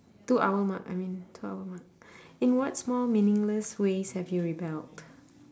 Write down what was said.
two hour mark I mean two hour mark in what small meaningless ways have you rebelled